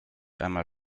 einmal